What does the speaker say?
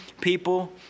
people